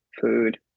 food